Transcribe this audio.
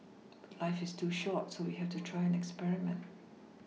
but life is too short so we have to try and experiment